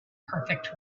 perfect